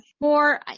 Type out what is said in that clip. more